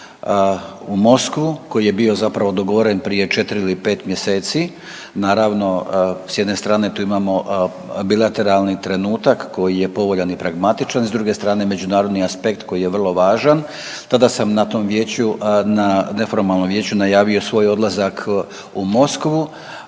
u Moskvu koji je bio zapravo dogovoren prije 4 ili 5 mjeseci. Naravno s jedne strane tu imamo bilateralni trenutak koji je povoljan i pragmatičan i s druge strane međunarodni aspekt koji je vrlo važan. Tada sam na tom vijeću, na neformalnom vijeću najavio svoj odlazak u Moskvu